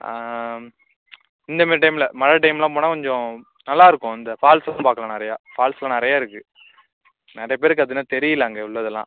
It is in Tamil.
இந்தமாரி டைமில் மழை டைம்லாம் போனா கொஞ்சம் நல்லாயிருக்கும் இந்த ஃபால்ஸ்லாம் பார்க்கலாம் நிறையா ஃபால்ஸ்லாம் நிறைய இருக்கு நிறைய பேருக்கு அது இன்னும் தெரியலை அங்கே உள்ளதெல்லாம்